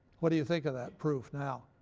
what do you think of that proof now?